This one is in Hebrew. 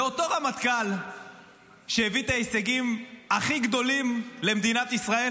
זה אותו רמטכ"ל שהביא את ההישגים הכי גדולים למדינת ישראל?